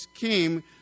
came